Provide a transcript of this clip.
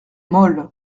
molle